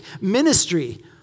ministry